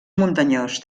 muntanyós